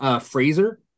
Fraser